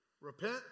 Repent